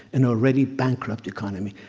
an already bankrupt economy.